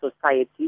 society